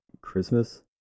Christmas